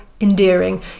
endearing